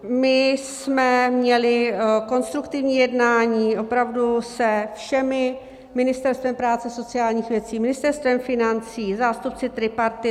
My jsme měli konstruktivní jednání opravdu se všemi, Ministerstvem práce a sociálních věcí, Ministerstvem financí, zástupci tripartity.